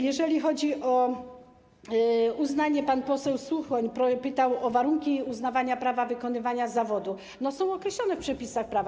Jeżeli chodzi o uznanie, bo pan poseł Suchoń pytał o warunki uznawania prawa wykonywania zawodu, to są one określone w przepisach prawa.